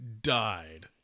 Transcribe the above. died